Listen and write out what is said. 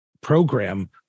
program